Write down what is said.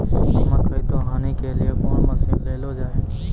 मकई तो हनी के लिए कौन मसीन ले लो जाए?